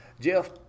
Jeff